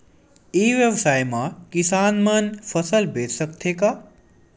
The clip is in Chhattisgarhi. ई व्यवसाय म किसान मन फसल बेच सकथे का?